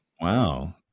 wow